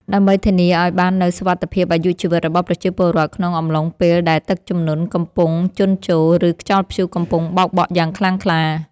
ដើម្បីធានាឱ្យបាននូវសុវត្ថិភាពអាយុជីវិតរបស់ប្រជាពលរដ្ឋក្នុងអំឡុងពេលដែលទឹកជំនន់កំពុងជន់ជោរ ឬខ្យល់ព្យុះកំពុងបោកបក់យ៉ាងខ្លាំងក្លា។